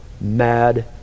mad